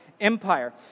Empire